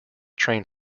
train